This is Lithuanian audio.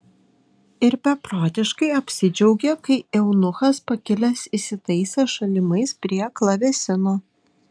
ir beprotiškai apsidžiaugė kai eunuchas pakilęs įsitaisė šalimais prie klavesino